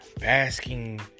basking